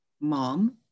mom